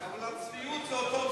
אבל הצביעות זו אותה צביעות.